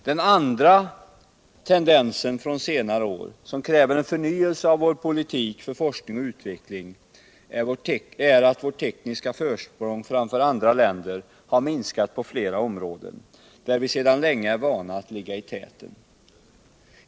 Den andra tendensen från senare år, som kräver en förnyelse av vår politik för forskning och utveckling, är att vårt tekniska försprång framför andra länder har minskat på flera områden, där vi sedan länge är vana att ligga i täten.